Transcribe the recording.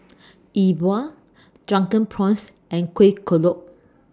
E Bua Drunken Prawns and Kuih Kodok